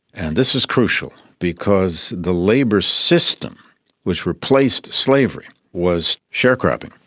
and this is crucial because the labour system which replaced slavery was sharecropping,